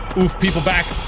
oof people back